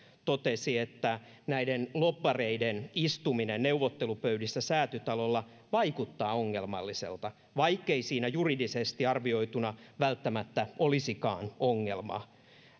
totesi että näiden lobbareiden istuminen neuvottelupöydissä säätytalolla vaikuttaa ongelmalliselta vaikkei siinä juridisesti arvioituna välttämättä olisikaan ongelmaa